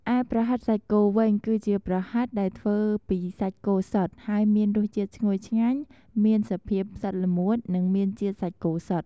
ឯប្រហិតសាច់គោវិញ គឺជាប្រហិតដែលធ្វើពីសាច់គោសុទ្ធ ហើយមានរសជាតិឈ្ងុយឆ្ងាញ់ មានសភាពស្អិតល្មួត និងមានជាតិសាច់គោសុទ្ធ។